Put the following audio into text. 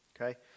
Okay